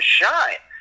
shine